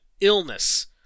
illness